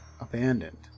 Abandoned